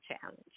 challenge